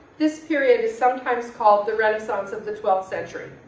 this period is sometimes called the renaissance of the twelfth century.